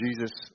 Jesus